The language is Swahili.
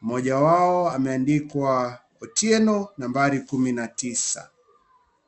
moja wao ameandikwa Otieno nambari kumi na tisa.